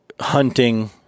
hunting